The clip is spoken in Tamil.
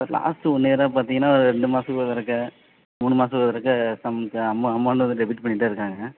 சார் லாஸ்ட் ஒன் இயராக பார்த்தீங்கன்னா ரெண்டு மாசத்துக்கு ஒருதடக்கா மூணு மாசத்துக்கு ஒருக்க ஸம் அமௌண்ட் வந்து டெபிட் பண்ணிகிட்டே இருக்காங்கள்